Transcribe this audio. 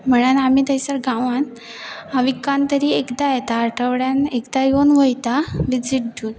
म्हळ्यार आमी थंयसर गांवांत विकान तरी एकदां येता आठवड्यान एकदां येवन वयता विजीट दिवून